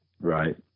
Right